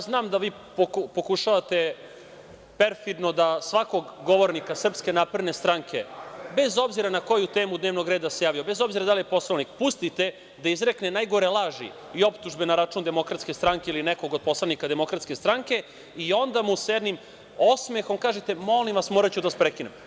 Znam da vi pokušavate perfidno da svakoga govornika SNS, bez obzira na koju temu dnevnog reda se javio, bez obzira da li je Poslovnik, pustite da izrekne najgore laži i optužbe na račun DS ili nekog od poslanika DS i onda mu sa jednim osmehom kažete – molim vas, moraću da vas prekinem.